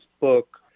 book